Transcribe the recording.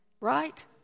Right